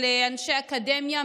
של אנשי אקדמיה,